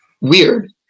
weird